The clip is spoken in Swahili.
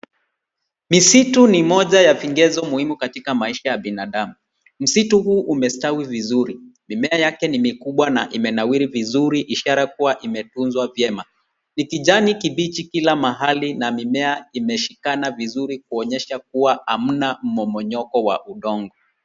Misitu ni moja ya vigezo muhimu katika maisha ya binadamu. Msitu huu umestawi vizuri, mimea yake ni mikubwa na imenawiri vizuri ishara kuwa imetunzwa vyema. Ni kijani kibichi kila mahali na mimea imeshikana vizuri kuonyesha kuwa hamna mmomonyoko wa udongo.